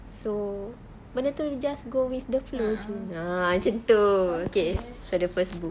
so benda itu just go with the flow jer okay so the first book